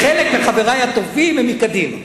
חלק מחברי הטובים הם מקדימה.